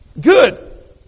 Good